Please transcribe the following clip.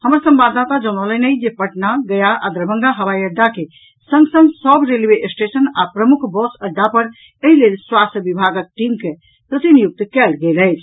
हमर संवाददाता जनौलनि अछि जे पटना गया आ दरभंगा हवाई अड्डा के संग संग सभ रेलवे स्टेशन आ प्रमुख बस अड्डा पर एहि लेल स्वास्थ्य विभागक टीम के प्रतिनियुक्ति कयल गेल अछि